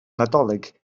nadolig